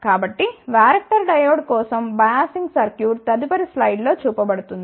కాబట్టి varactor diode కోసం biasing circuit తదుపరి స్లైడ్లో చూపబడుతుంది